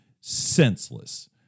senseless